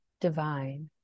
divine